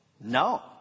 No